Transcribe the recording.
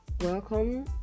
Welcome